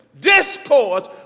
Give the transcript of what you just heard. discourse